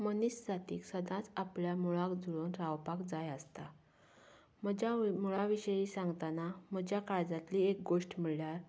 मनीस जातीक सदांच आपल्या मुळांक जुळून रावपाक जाय आसता म्हज्या मुळां विशीं सांगतना म्हज्या काळजांतली एक गोश्ट म्हळ्यार